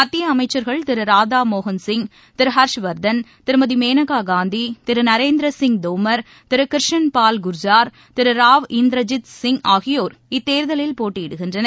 மத்திய அமைச்சர்கள் திரு ராதா மோகன்சிங் திரு ஹாஷ்வாதன் திருமதி மேனகா காந்தி திரு நரேந்திரசிய் தோமர் திரு கிர்ஷன்பால் குர்ஜார் திரு ராவ் இந்திரஜித் சிங் ஆகியோர் இத்தேர்தலில் போட்டியிடுகின்றனர்